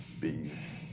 Bees